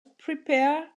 prepare